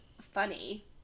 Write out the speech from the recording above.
funny